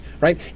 right